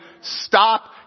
Stop